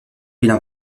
villes